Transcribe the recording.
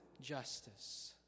justice